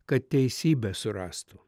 kad teisybę surastų